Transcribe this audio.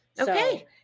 Okay